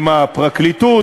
עם הפרקליטות,